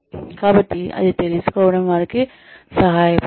కాబట్టి అది తెలుసుకోవడం వారికి సహాయపడుతుంది